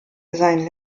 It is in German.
seinen